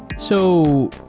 so,